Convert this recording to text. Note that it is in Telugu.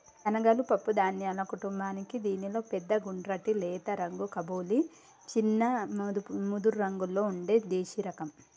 శనగలు పప్పు ధాన్యాల కుటుంబానికీ దీనిలో పెద్ద గుండ్రటి లేత రంగు కబూలి, చిన్న ముదురురంగులో ఉండే దేశిరకం